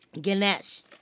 Ganesh